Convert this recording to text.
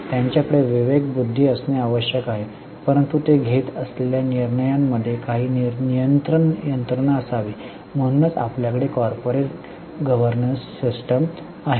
त्यांच्याकडे विवेक बुद्धी असणे आवश्यक आहे परंतु ते घेत असलेल्या निर्णयांमध्ये काही नियंत्रण यंत्रणा असावी म्हणूनच आपल्याकडे कॉर्पोरेट गव्हर्नन्स सिस्टम आहे